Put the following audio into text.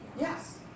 Yes